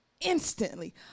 instantly